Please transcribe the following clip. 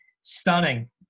stunning